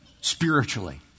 spiritually